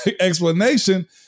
explanation